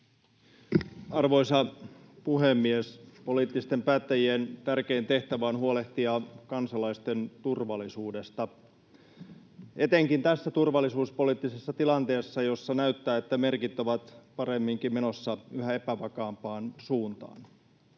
Arvoisa puhemies! Poliittisten päättäjien tärkein tehtävä on huolehtia kansalaisten turvallisuudesta, etenkin tässä turvallisuuspoliittisessa tilanteessa, jossa näyttää, että merkit ovat paremminkin menossa yhä epävakaampaan suuntaan.